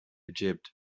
egypt